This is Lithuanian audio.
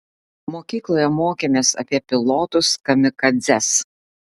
mokykloje mokėmės apie pilotus kamikadzes